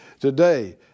today